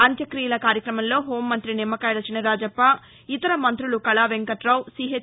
అంత్యక్తియల కార్యక్రమంలో హోంమంతి నిమ్మకాయల చినరాజప్ప ఇతర మంత్రులు కళా వెంకటావు సిహెచ్